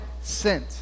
sent